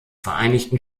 vereinigten